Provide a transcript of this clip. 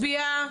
מצביעה.